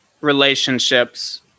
relationships